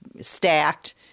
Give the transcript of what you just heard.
stacked